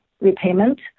repayment